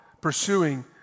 pursuing